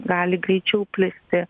gali greičiau plisti